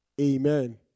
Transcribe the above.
Amen